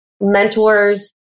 mentors